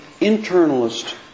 internalist